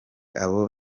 abo